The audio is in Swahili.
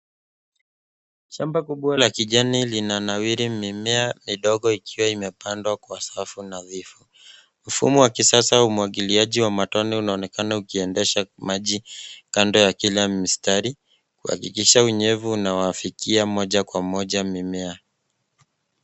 Shamba kubwa la kijani linanawiri mimea midogo ikiwa imepandwa kwa safu nadhifu. Mfumo wa kisasa wa umwagiliaji wa matone unaonekana ukiendesha maji kando ya kila mstari kuhakikisha unyevu unaifikia moja kwa moja mimea.